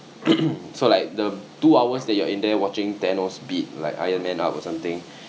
so like the two hours that you are in there watching thanos beat like iron man up or something